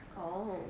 oh